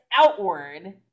outward